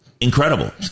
Incredible